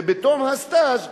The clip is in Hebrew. ובתום הסטאז',